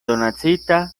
donacita